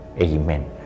Amen